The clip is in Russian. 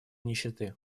нищеты